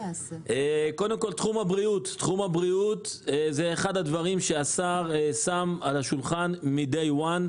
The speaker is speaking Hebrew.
תחום הבריאות זה אחד הדברים שהשר שם על השולחן מהיום הראשון.